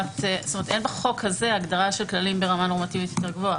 אין בחוק הזה הגדרה של כללים ברמה נורמטיבית יותר גבוהה.